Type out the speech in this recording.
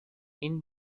این